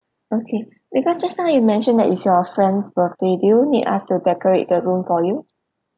okay because just now you mentioned that it's your friend's birthday do you need us to decorate the room for you